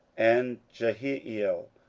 and jehiel,